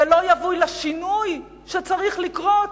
זה לא יביא לשינוי שצריך לקרות,